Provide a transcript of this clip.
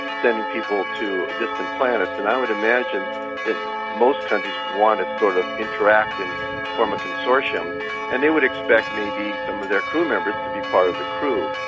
sending people to distant planets, and i would imagine that most countries will want to sort of interact and form a consortium and they would expect maybe some of their crew members to be part of the crew.